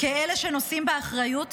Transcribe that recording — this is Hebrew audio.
כאלה שנושאים באחריות,